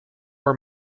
are